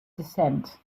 descent